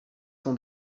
son